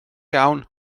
iawn